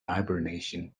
hibernation